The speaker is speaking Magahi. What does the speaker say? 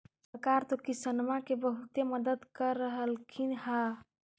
सरकार तो किसानमा के बहुते मदद कर रहल्खिन ह?